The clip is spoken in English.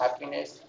happiness